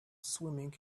swimming